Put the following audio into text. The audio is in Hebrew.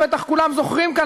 בטח כולם זוכרים כאן,